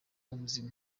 ubuzima